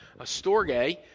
Astorge